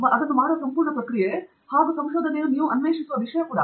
ಮತ್ತು ಅದನ್ನು ಮಾಡುವ ಸಂಪೂರ್ಣ ಪ್ರಕ್ರಿಯೆ ನೀವು ಅನ್ವೇಷಿಸುವ ವಿಷಯ ಕೂಡಾ